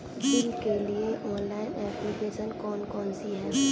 Bill के लिए online application कौन कौन सी हैं?